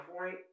point